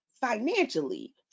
financially